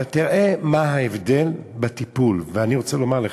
אבל תראה מה ההבדל בטיפול, ואני רוצה לומר לך: